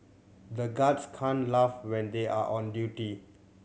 the guards can't laugh when they are on duty